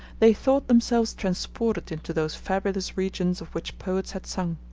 they thought themselves transported into those fabulous regions of which poets had sung.